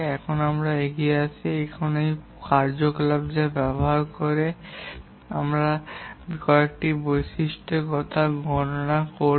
এখন আসুন আমরা এগিয়ে পাসটি দেখি এটি প্রথম কার্যকলাপ যা ব্যবহার করে আমরা কয়েকটি বৈশিষ্ট্য গণনা করব